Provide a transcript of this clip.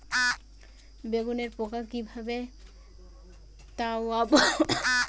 বেগুনের পোকা কিভাবে তাড়াব?